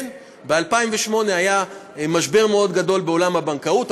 כן, ב-2008 היה משבר מאוד גדול בעולם הבנקאות.